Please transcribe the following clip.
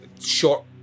short